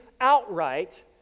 outright